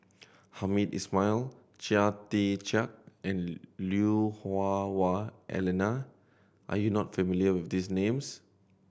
Hamed Ismail Chia Tee Chiak and Lui Hah Wah Elena are you not familiar with these names